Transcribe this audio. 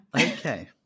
Okay